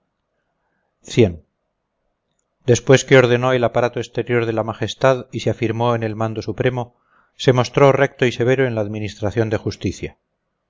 privilegiada después que ordenó el aparato exterior de la majestad y se afirmó en el mando supremo se mostró recto y severo en la administración de justicia